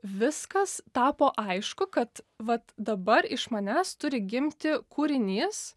viskas tapo aišku kad vat dabar iš manęs turi gimti kūrinys